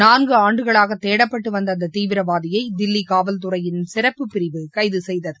நான்கு ஆண்டுகளாக தேடப்பட்டு வந்த அந்த தீவிரவாதியை தில்லி காவல்துறையின் சிறப்புப் பிரிவு கைது செய்தது